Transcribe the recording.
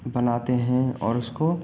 बनाते हैं और उसको